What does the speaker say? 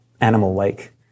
animal-like